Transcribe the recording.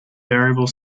variable